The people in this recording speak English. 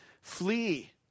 Flee